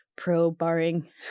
pro-barring